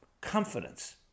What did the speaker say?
confidence